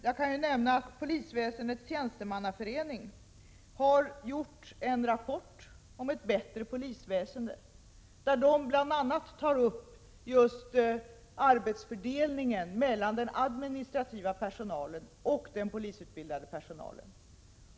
Jag kan nämna att Polisväsendets tjänstemannaförening har sammanställt en rapport om ett bättre polisväsende, där man bl.a. tar upp just arbetsfördelningen mellan den administrativa personalen och den polisutbildade personalen.